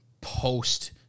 post